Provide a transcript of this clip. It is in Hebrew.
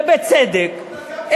ובצדק,